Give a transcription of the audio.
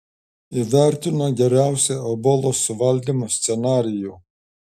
įvertino geriausią ebolos suvaldymo scenarijų